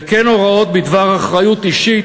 וכן הוראות בדבר אחריות אישית,